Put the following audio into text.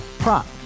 Prop